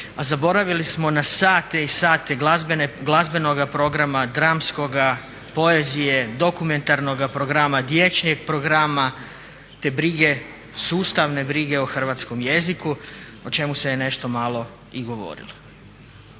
a zaboravili smo na sate i sate glazbenoga programa, dramskoga, poezije, dokumentarnoga programa, dječjeg programa, te brige, sustavne brige o hrvatskom jeziku o čemu se je nešto malo i govorilo.